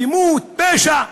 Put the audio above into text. אלימות, פשע.